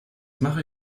mache